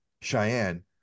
Cheyenne